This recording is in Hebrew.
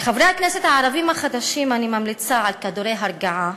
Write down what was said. ולחברי הכנסת הערבים החדשים אני ממליצה על כדורי הרגעה